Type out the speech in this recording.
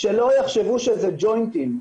'שלא יחשבו שזה ג'וינטים'.